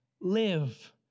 live